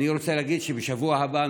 אני רוצה להגיד שבשבוע הבא,